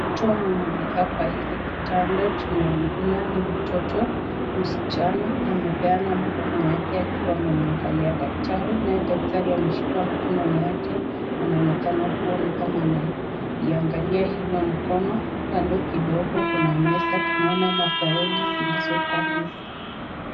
Mtoto mweye amekaa kwa hili kitanda tunaona ni mtoto msichana amepeana mkono yake akiwa amemwangalia dakitari naye dakitari ameshikilia mkono yake anaokekana kuwa nikama anaiangalia hilo mkono, kando kidogo kuna meza tunaona mafael zilizokuwa kwa meza.